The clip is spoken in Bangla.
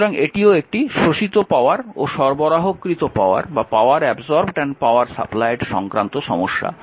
সুতরাং এটিও একটি শোষিত পাওয়ার ও সরবরাহকৃত পাওয়ার সংক্রান্ত সমস্যা